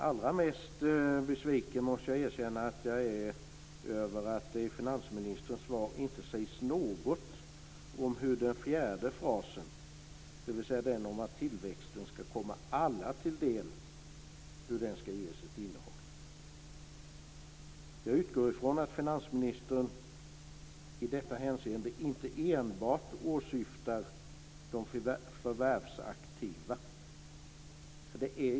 Allra mest besviken måste jag erkänna att jag är över att det i finansministerns svar inte sägs något om hur den fjärde frasen, dvs. den om att tillväxten ska komma alla till del, ska ges ett innehåll. Jag utgår från att finansministern i detta hänseende inte enbart åsyftar de förvärvsaktiva.